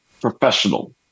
professional